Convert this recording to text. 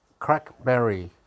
Crackberry